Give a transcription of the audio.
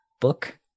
book